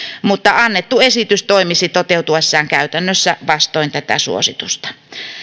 mutta annettu esitys toimisi toteutuessaan käytännössä vastoin tätä suositusta